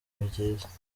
byiza